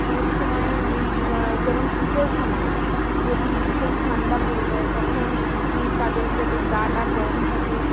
অনেক সময় যেমন শীতের সময় যদি ভীষণ ঠাণ্ডা পড়ে যায় তখন তাদের যাতে গাটা গরম থাকে